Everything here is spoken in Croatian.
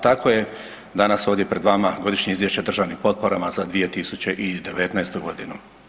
Tako je danas ovdje pred vama Godišnje izviješće o državnim potporama za 2019. godinu.